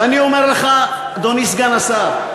ואני אומר לך, אדוני סגן השר,